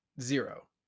Zero